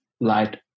light